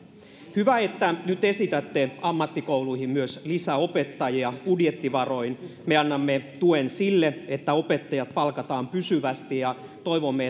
hyvä että nyt esitätte ammattikouluihin myös lisäopettajia budjettivaroin me annamme tuen sille että opettajat palkataan pysyvästi ja toivomme